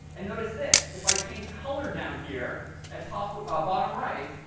and notice this. if i change color down here at top ah bottom right,